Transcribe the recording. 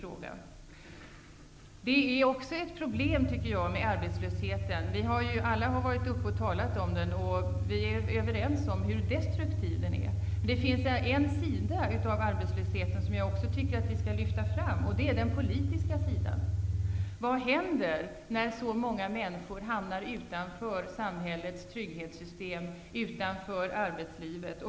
Alla har här talat om arbetslösheten. Vi är överens om hur destruktiv den är. Det finns emellertid en sida av arbetslösheten som jag tycker att vi också skall lyfta fram -- nämligen den politiska sidan. Vad händer när så många människor hamnar utanför samhällets trygghetssystem och utanför arbetslivet?